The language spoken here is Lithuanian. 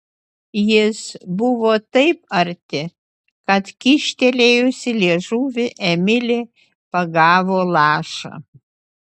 jis buvo taip arti kad kyštelėjusi liežuvį emilė pagavo lašą